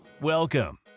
Welcome